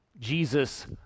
Jesus